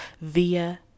via